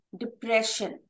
depression